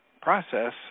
process